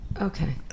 Okay